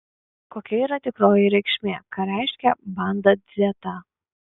kokia yra tikroji reikšmė ką reiškia banda dzeta